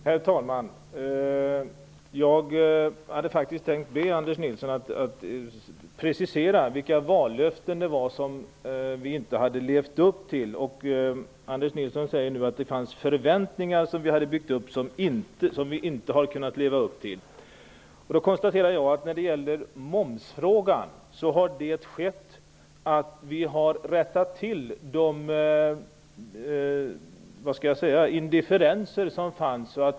Herr talman! Jag hade faktiskt tänkt be Anders Nilsson att precisera vilka vallöften han menade att vi inte hade levt upp till. Han säger nu att vi hade byggt upp förväntningar, som vi sedan inte har kunnat leva upp till. Jag konstaterar att vi i momsfrågan har rättat till de indifferenser som fanns.